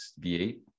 V8